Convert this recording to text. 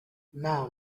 now